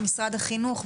משרד החינוך,